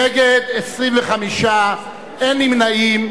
נגד, 25, אין נמנעים.